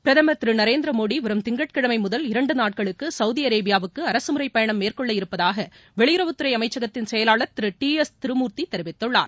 பிரதமர் திரு நரேந்திர மோடி வரும் திங்கட்கிழமை முதல் இரண்டு நாட்களுக்கு சவுதி அரேபியாவிற்கு அரசு முறைப்பயணம் மேற்கொள்ளவிருப்பதாக வெளியுறவுத்துறை அமைச்சகத்தின் செயலாளர் திரு டி எஸ் திருமூர்த்தி தெரிவித்துள்ளார்